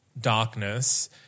darkness